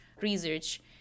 research